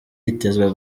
yitezwe